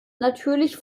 natürlich